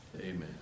Amen